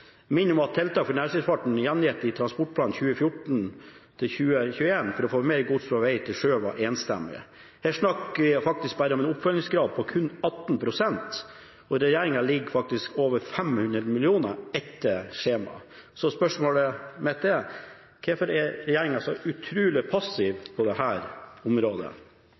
om at tiltak for nærskipsfarten, for å få mer gods fra veg til sjø, er gjengitt i Nasjonal transportplan 2014–2023, og det var enstemmig. Her er det snakk om en oppfølgingsgrad på bare 18 pst., og regjeringa ligger faktisk over 500 mill. kr etter skjemaet. Så spørsmålet mitt er: Hvorfor er regjeringa så utrolig passiv på dette området?